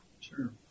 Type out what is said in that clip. Sure